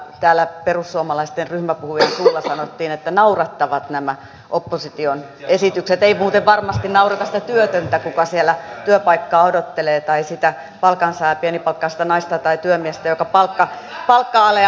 täällä perussuomalaisten ryhmäpuhujan suulla sanottiin että naurattavat nämä opposition esitykset eivät muuten varmasti naurata sitä työtöntä joka työpaikkaa odottelee tai sitä palkansaajaa pienipalkkaista naista tai työmiestä jota palkka ale uhkaa